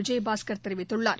விஜயபாஸ்கர் தெரிவித்துள்ளார்